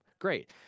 Great